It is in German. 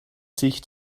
sich